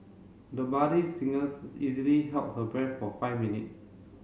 the buddy singers easily held her breath for five minute